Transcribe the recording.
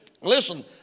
Listen